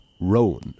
roan